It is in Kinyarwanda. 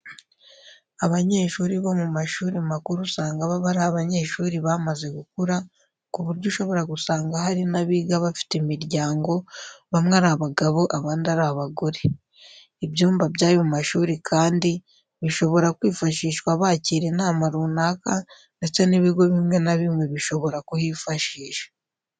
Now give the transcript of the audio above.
Abanyeshuri bo mu mashuri makuru usanga baba ari abanyeshuri bamaze gukura ku buryo ushobora gusanga hari n'abiga bafite imiryango, bamwe ari abagabo abandi ari abagore. Ibyumba by'ayo mashuri kandi bishobora kwifashishwa bakira inama runaka ndetse n'ibigo bimwe na bimwe bishobora kuhifashisha.